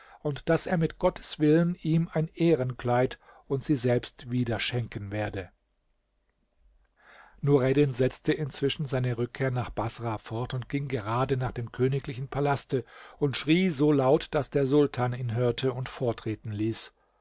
und daß er mit gottes willen ihm ein ehrenkleid und sie selbst wieder schenken werde nureddin setzte inzwischen seine rückkehr nach baßrah fort und ging gerade nach dem königlichen palaste und schrie so laut daß der sultan ihn hörte und vortreten ließ